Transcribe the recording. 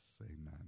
Amen